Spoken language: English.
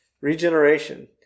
Regeneration